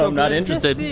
um not interested.